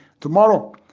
tomorrow